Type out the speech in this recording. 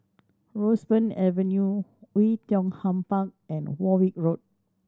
Roseburn Avenue Oei Tiong Ham Park and Warwick Road